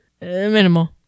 Minimal